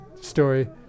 story